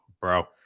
bro